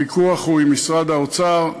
הוויכוח הוא עם משרד האוצר,